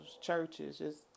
churches—just